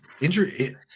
injury